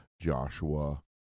Joshua